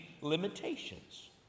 limitations